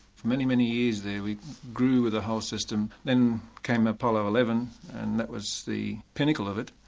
for many, many years there we grew with a whole system. then came apollo eleven and that was the pinnacle of it.